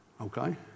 Okay